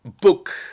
book